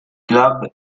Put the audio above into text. club